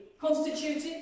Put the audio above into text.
constituted